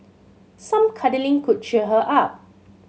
some cuddling could cheer her up